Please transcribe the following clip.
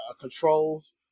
controls